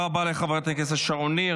תודה רבה לחברת הכנסת שרון ניר.